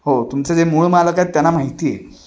हो तुमचं जे मूळ मालक आहेत त्यांना माहिती आहे